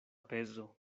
pezo